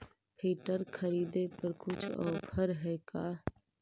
Filter खरिदे पर कुछ औफर है का?